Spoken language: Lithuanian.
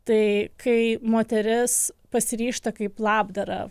tai kai moteris pasiryžta kaip labdarą